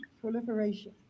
proliferation